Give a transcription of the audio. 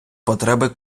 потреби